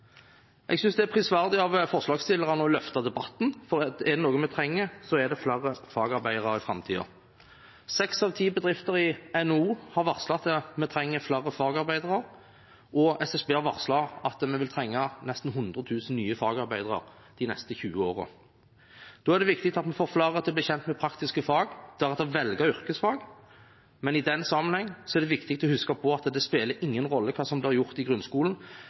Jeg synes det er prisverdig av forslagsstillerne å løfte debatten. Er det noe vi trenger, er det flere fagarbeidere i framtiden. Seks av ti bedrifter i NHO har varslet at vi trenger flere fagarbeidere, og SSB har varslet at vi vil trenge nesten 100 000 nye fagarbeidere de neste 20 årene. Da er det viktig at vi får flere til å bli kjent med praktiske fag og deretter velge yrkesfag. Men i den sammenheng er det viktig å huske at det spiller ingen rolle hva som blir gjort i grunnskolen,